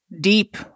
deep